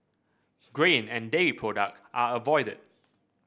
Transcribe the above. grain and dairy product are avoided